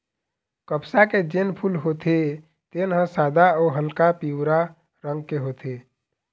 कपसा के जेन फूल होथे तेन ह सादा अउ हल्का पीवरा रंग के होथे